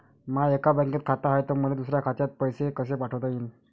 माय एका बँकेत खात हाय, त मले दुसऱ्या खात्यात पैसे कसे पाठवता येईन?